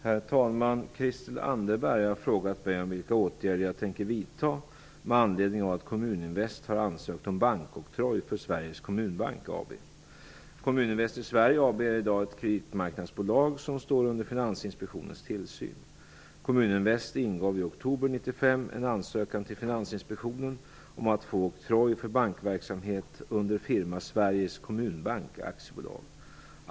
Herr talman! Christel Anderberg har frågat mig om vilka åtgärder jag tänker vidta med anledning av att Kommuninvest har ansökt om bankoktroj för Sveriges Kommunbank AB Kommuninvest i Sverige AB är i dag ett kreditmarknadsbolag som står under Finansinspektionens tillsyn. Kommuninvest ingav i oktober 1995 en ansökan till Finansinspektionen om att få oktroj för bankverksamhet under firma Sveriges Kommunbank AB.